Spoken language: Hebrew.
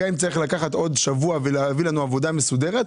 אם צריך לעבור עוד שבוע ואז להביא לנו עבודה מסודרת,